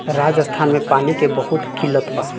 राजस्थान में पानी के बहुत किल्लत बा